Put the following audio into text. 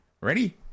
Ready